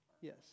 Yes